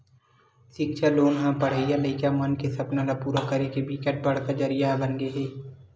सिक्छा लोन ह पड़हइया लइका मन के सपना ल पूरा करे के बिकट बड़का जरिया बनगे हे